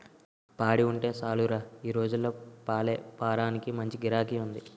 పాడి ఉంటే సాలురా ఈ రోజుల్లో పాలేపారానికి మంచి గిరాకీ ఉంది